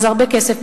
זה הרבה כסף.